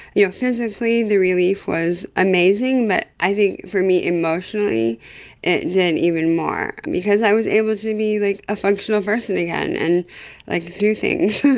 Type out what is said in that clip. you know physically the relief was amazing, but i think for me emotionally it did even more, because i was able to be like a functional person again and like do things.